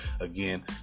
again